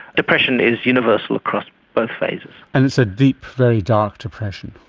depression is universal across both phases. and it's a deep, very dark depression.